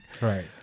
right